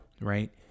right